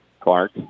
Clark